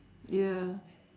ya